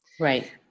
Right